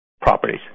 properties